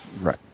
Right